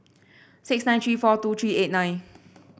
six nine three four two three eight nine